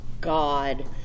God